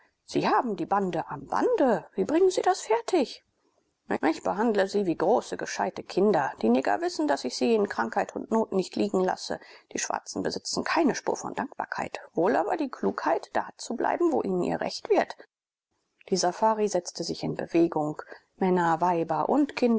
sie haben die bande am bande wie bringen sie das fertig ich behandle sie wie große gescheite kinder die neger wissen daß ich sie in krankheit und not nicht liegen lasse die schwarzen besitzen keine spur von dankbarkeit wohl aber die klugheit da zu bleiben wo ihnen ihr recht wird die safari setzte sich in bewegung männer weiber und